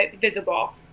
visible